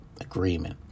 agreement